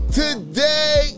today